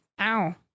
Ow